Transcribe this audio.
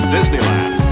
Disneyland